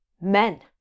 men